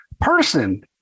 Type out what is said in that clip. person